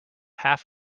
half